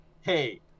hey